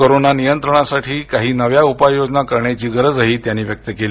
corona नियंत्रणासाठी काही नव्या उपाय योजना करण्याची गरज त्यांनी व्यक्त केली